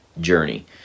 journey